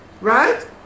right